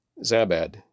Zabad